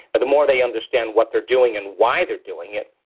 the more they understand what they're doing and why they're doing it,